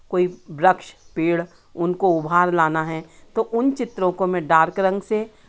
कोई वृक्ष पेड़ उनको उभार लाना है तो उन चित्रों को मैं डार्क रंग से